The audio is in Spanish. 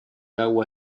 agua